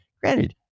Granted